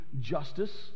justice